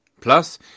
Plus